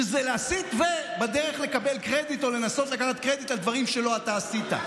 שזה להסית ובדרך לקבל קרדיט או לנסות לקחת קרדיט על דברים שלא אתה עשית.